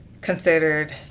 considered